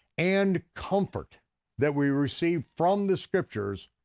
and comfort that we receive from the scriptures,